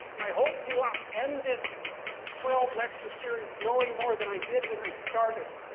i hope to ah end this twelve-lecture series knowing more than i did when i started.